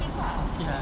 ya